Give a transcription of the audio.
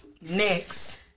next